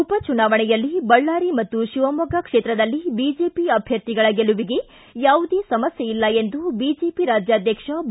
ಉಪ ಚುನಾವಣೆಯಲ್ಲಿ ಬಳ್ಳಾರಿ ಮತ್ತು ಶಿವಮೊಗ್ಗ ಕ್ಷೇತ್ರದಲ್ಲಿ ಬಿಜೆಪಿ ಅಭ್ವರ್ಥಿಗಳ ಗೆಲುವಿಗೆ ಯವುದೇ ಸಮಸ್ಯ ಇಲ್ಲ ಎಂದು ಬಿಜೆಪಿ ರಾಜ್ಯಾಧ್ವಕ್ಷ ಬಿ